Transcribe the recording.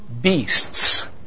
beasts